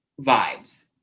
vibes